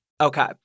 Okay